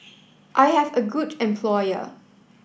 I have a good employer